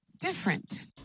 different